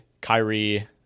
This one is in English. Kyrie